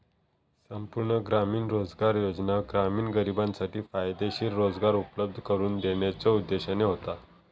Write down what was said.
संपूर्ण ग्रामीण रोजगार योजना ग्रामीण गरिबांसाठी फायदेशीर रोजगार उपलब्ध करून देण्याच्यो उद्देशाने होता